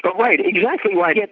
but right. exactly right.